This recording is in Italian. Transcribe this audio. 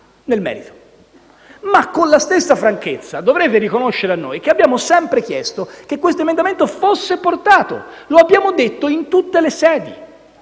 nel merito. Ma con la stessa franchezza, voi dovete riconoscere a noi che abbiamo sempre chiesto che questo emendamento fosse portato. Lo abbiamo detto in tutte le sedi.